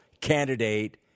candidate